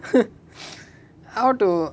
how to